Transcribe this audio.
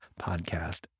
podcast